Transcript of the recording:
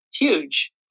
Huge